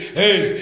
hey